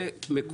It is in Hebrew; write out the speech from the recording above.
בנוסף,